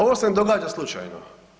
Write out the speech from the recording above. Ovo se ne događa slučajno.